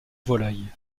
volaille